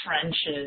trenches